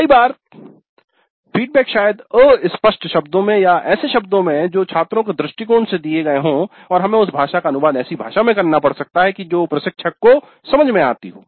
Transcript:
कई बार फीडबैक शायद अस्पष्ट शब्दों में या ऐसे शब्दों में जो छात्रों के दृष्टिकोण से दिए गए हों और हमें उस भाषा का अनुवाद ऐसी भाषा में करना पड़ सकता है जो प्रशिक्षक को समझ में आती हो